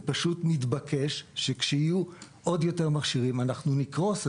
פשוט מתבקש שכשיהיו עוד יותר מכשירים אנחנו נקרוס,